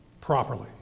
properly